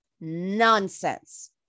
nonsense